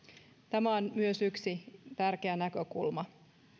tämä on myös yksi tärkeä näkökulma